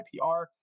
IPR